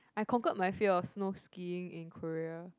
I conquered my fear of snow skiing in Korea